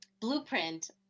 blueprint